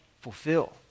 fulfill